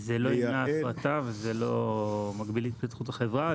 זה לא ימנע הפרטה וזה לא מקביל להתפתחות החברה.